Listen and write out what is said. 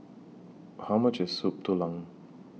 How much IS Soup Tulang